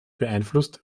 beeinflusst